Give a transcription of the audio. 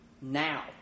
Now